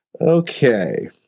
Okay